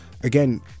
again